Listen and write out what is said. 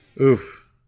oof